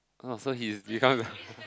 so he's become the